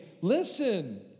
Listen